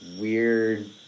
weird